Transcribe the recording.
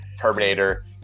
terminator